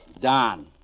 Don